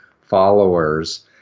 followers